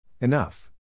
Enough